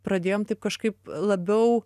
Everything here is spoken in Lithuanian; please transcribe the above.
pradėjom taip kažkaip labiau